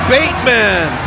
Bateman